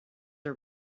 are